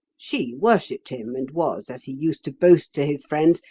she worshipped him and was, as he used to boast to his friends,